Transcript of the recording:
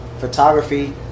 Photography